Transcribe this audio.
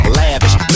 lavish